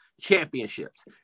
championships